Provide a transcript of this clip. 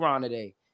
today